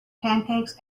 pancakes